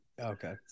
Okay